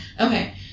Okay